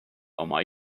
oma